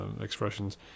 Expressions